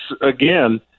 again